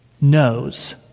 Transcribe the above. knows